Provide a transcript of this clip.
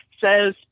says